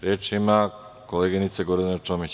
Reč ima koleginica Gordana Čomić.